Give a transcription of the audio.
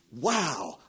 wow